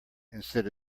instead